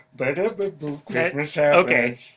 Okay